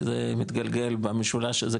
כי זה מתגלגל במשולש הזה,